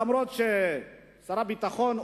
אף-על-פי ששר הביטחון,